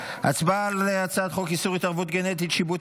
הצבעה על הצעת חוק איסור התערבות גנטית (שיבוט